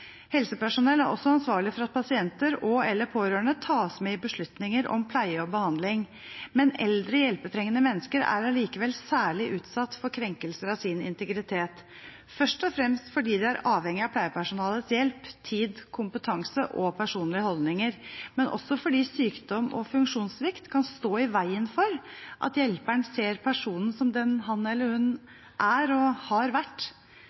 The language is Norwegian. Helsepersonell er også ansvarlig for at pasienter og/eller pårørende tas med i beslutninger om pleie og behandling. Men eldre hjelpetrengende mennesker er allikevel særlig utsatt for krenkelser av sin integritet, først og fremst fordi de er avhengig av pleiepersonalets hjelp, tid, kompetanse og personlige holdninger. Men også fordi sykdom og funksjonssvikt kan stå i veien for at hjelperen ser personen som den han eller hun er og har vært.